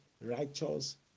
righteous